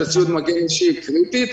ציוד המגן הוא קריטי.